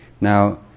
Now